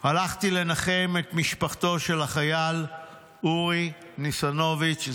הלכתי לנחם את משפחתו של החייל אורי ניסנוביץ,